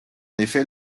effet